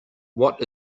what